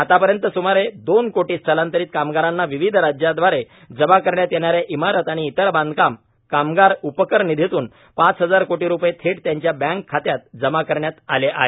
आतापर्यंत स्मारे दोन कोटी स्थलांतरित कामगारांना विविध राज्यांद्वारे जमा करण्यात येणाऱ्या इमारत आणि इतर बांधकाम कामगार उपकर निधीतून पाच हजार कोटी रुपये थेट त्यांच्या बँक खात्यात जमा करण्यात आले आहेत